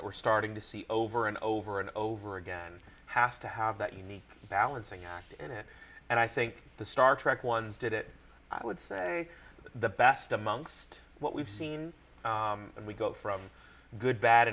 that we're starting to see over and over and over again has to have that unique balancing act in it and i think the star trek ones did it i would say the best amongst what we've seen and we go from good bad